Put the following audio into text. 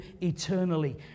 eternally